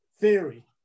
theory